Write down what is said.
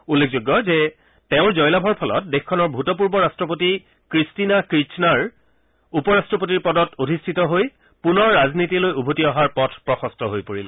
উল্লেখযোগ্য যে তেওঁৰ জয়লাভৰ ফলত দেশখনৰ ভূতপূৰ্ব ৰট্টপতি ক্ৰিষ্টিনা কিৰ্চনাৰ উপ ৰাট্টপতিৰ পদত অধিষ্ঠিত হৈ পুনৰ ৰাজনীতিলৈ উভতি অহাৰ পথ প্ৰশস্ত হৈ পৰিল